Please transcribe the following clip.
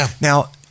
Now